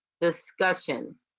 discussion